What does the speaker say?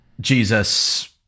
Jesus